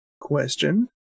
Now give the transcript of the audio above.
question